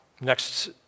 next